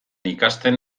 ikasten